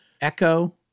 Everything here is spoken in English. echo